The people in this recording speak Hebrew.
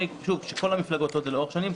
כשכל המפלגות כך לאורך שנים,